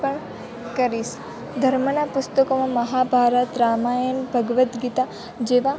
પણ કરીશ ધર્મના પુસ્તકોમાં મહાભારત રામાયણ ભગવદ ગીતા જેવા